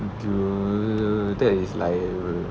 dude that's lying right